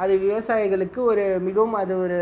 அது விவசாயிகளுக்கு ஒரு மிகவும் அது ஒரு